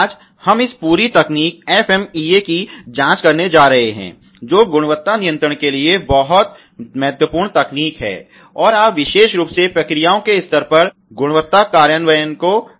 आज हम इस पूरी तकनीक FMEA की जांच करने जा रहे हैं जो गुणवत्ता नियंत्रण के लिए बहुत महत्वपूर्ण तकनीक है और आप विशेष रूप से प्रक्रियाओं के स्तर पर गुणवत्ता कार्यान्वयन को जानते हैं